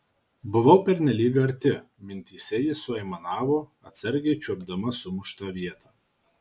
buvau pernelyg arti mintyse ji suaimanavo atsargiai čiuopdama sumuštą vietą